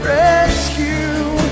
rescue